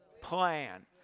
plan